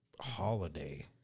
holiday